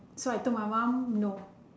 so I told my mom no